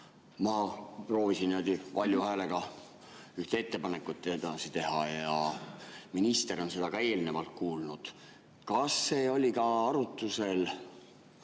niimoodi valju häälega ühte ettepanekut edasi anda ja minister on seda ka eelnevalt kuulnud. Kas see oli ka arutusel,